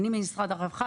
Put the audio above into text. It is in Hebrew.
אני ממשרד הרווחה,